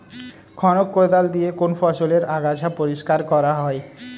খনক কোদাল দিয়ে কোন ফসলের আগাছা পরিষ্কার করা হয়?